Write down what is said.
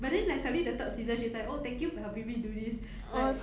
but then like suddenly the third season she's like oh thank you for helping me do this like